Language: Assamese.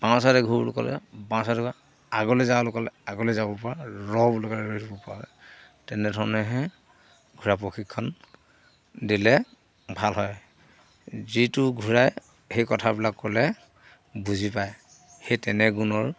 বাওঁ ছাইডে ঘূৰ ক'লে বাওঁ চাইডে আগলৈ যা বুলি ক'লে আগলৈ যাব পৰা ৰ' বুলি ক'লে ৰ'ব পাৰা তেনেধৰণেহে ঘোঁৰা প্ৰশিক্ষণ দিলে ভাল হয় যিটো ঘোঁৰাই সেই কথাবিলাক ক'লে বুজি পায় সেই তেনে গুণৰ